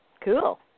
cool